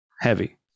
heavy